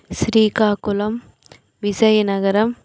Srikakulam Vizianagaram